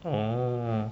oh